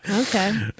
Okay